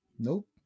Nope